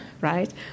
right